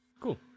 Cool